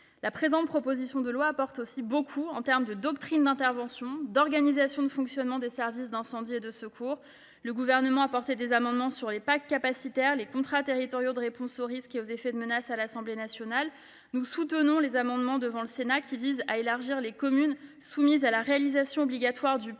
La proposition de loi apporte aussi beaucoup en matière de doctrine d'intervention, d'organisation et de fonctionnement des services d'incendie et de secours. Ainsi, le Gouvernement a porté des amendements sur les pactes capacitaires et les contrats territoriaux de réponses aux risques et aux effets de menaces à l'Assemblée nationale. Nous soutiendrons devant le Sénat des amendements visant à élargir les communes soumises à la réalisation obligatoire d'un